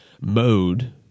mode